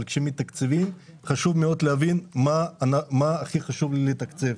אבל כשמתקצבים חשוב מאוד להבין מה הכי חשוב לתקצב.